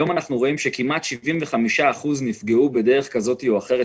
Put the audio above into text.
היום אנחנו רואים שכמעט 75% נפגעו היקפית בדרך כזו או אחרת,